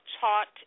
taught